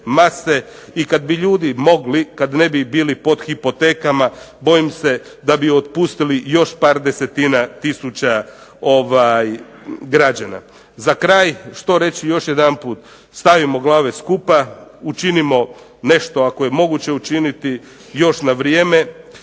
i kad bi ljudi mogli, kad ne bi bili pod hipotekama bojim se da bi otpustili još par desetina tisuća građana. Za kraj, što reći, još jedanput stavimo glave skupa, učinimo nešto ako je moguće učiniti još na vrijeme.